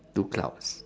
two clouds